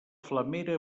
flamera